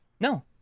No